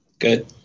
Good